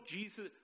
Jesus